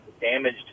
damaged